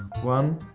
one,